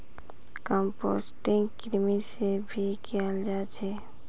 composting कृमि से भी कियाल जा छे